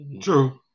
True